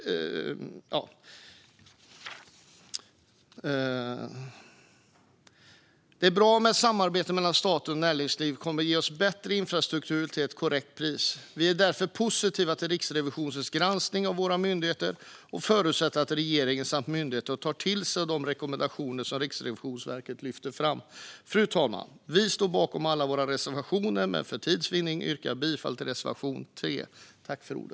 Det är bra med samarbete mellan stat och näringsliv. Det kommer att ge oss bättre infrastruktur till ett korrekt pris. Vi är därför positiva till Riksrevisionens granskning av våra myndigheter och förutsätter att regeringen samt myndigheterna tar till sig av de rekommendationer som Riksrevisionen lyfter fram. Fru talman! Vi står bakom alla våra reservationer, men för att vinna tid yrkar jag bifall till reservation 3.